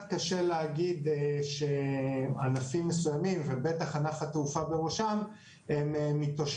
קשה להגיד שענפים מסוימים ובטח ענף התעופה בראשם מתאוששים,